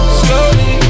slowly